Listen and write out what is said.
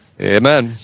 Amen